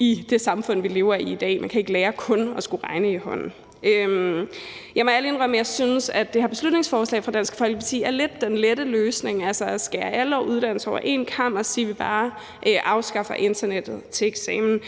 i det samfund, vi lever i i dag. Man kan ikke lære kun at skulle regne i hånden. Jeg må ærligt indrømme, at jeg synes, at det her beslutningsforslag fra Dansk Folkeparti er lidt den lette løsning, altså at skære alle uddannelser over en kam og sige, at vi bare afskaffer internettet til eksamen.